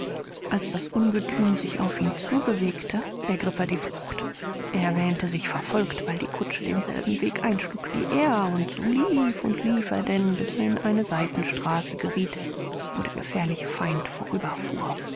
als das ungethüm sich auf ihn zu bewegte ergriff er die flucht er wähnte sich verfolgt weil die kutsche denselben weg einschlug wie er und so lief und lief er denn bis er in eine seitenstraße gerieth wo der gefährliche feind